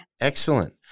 excellent